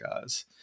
guys